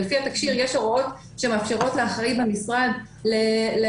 הרי לפי התקשי"ר יש הוראות שמאפשרות לאחראי במשרד להזיז